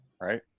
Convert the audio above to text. right